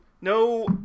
No